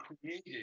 created